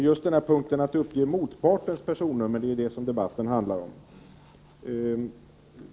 Just detta att uppge motpartens personnummer är ju det debatten handlar om.